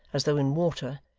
as though in water,